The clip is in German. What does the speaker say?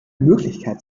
möglichkeit